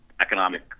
economic